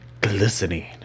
Glistening